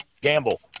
Gamble